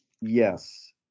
Yes